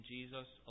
Jesus